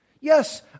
Yes